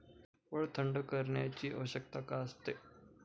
फळ थंड करण्याची आवश्यकता का आहे?